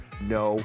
No